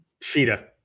Sheeta